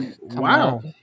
wow